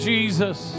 Jesus